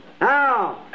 Now